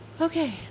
Okay